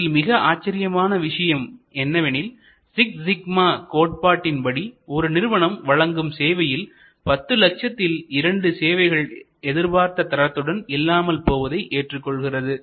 இதில் மிக ஆச்சரியமான விஷயம் என்னவெனில் சிக்ஸ் சிக்மா கோட்பாட்டின்படி ஒரு நிறுவனம் வழங்கும் சேவையில் பத்து லட்சத்தில் இரண்டு சேவைகள் எதிர்பார்த்த தரத்துடன் இல்லாமல் போவதை ஏற்றுக் கொள்கிறது